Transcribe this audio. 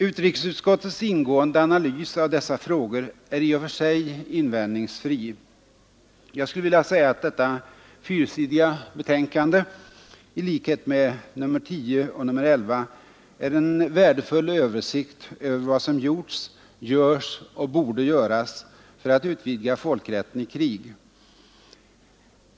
Utrikesutskottets ingående analys av dessa frågor är i och för sig invändningsfri. Jag skulle vilja säga att detta fyrsidiga betänkande i likhet med nr 10 och nr 11 är en värdefull översikt över vad som gjorts, görs och borde göras för att utvidga folkrätten i krig.